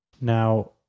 now